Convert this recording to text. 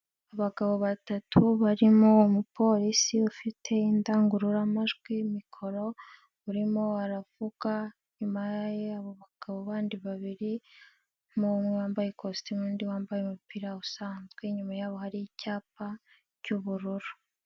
Abagabo batatu barimo umupolisi ufite indangururamajwi(mikoro),urimo aravuga inyuma ye hari abagabo bandi babiri, harimo umwe wambaye ikositimu n'undi wambaye umupira usanzwe, inyuma yabo hari icyapa cy'ubururu.